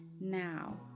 Now